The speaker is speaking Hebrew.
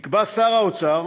יקבע שר האוצר,